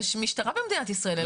יש משטרה במדינת ישראל.